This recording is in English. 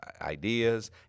ideas